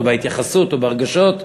בהתייחסות או ברגשות,